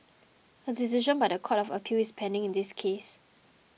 a decision by the court of appeal is pending in this case